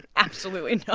absolutely ah